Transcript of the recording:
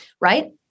right